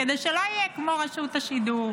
כדי שלא יהיה כמו רשות השידור.